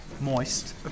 moist